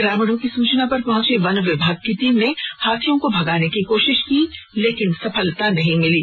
ग्रामीणों की सूचना पर पहुंची वन विभाग की टीम ने हाथियों को भगाने की कोशिश की लेकिन सफलता नहीं मिली